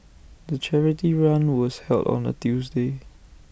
the charity run was held on A Tuesday